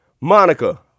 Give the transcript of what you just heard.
Monica